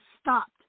stopped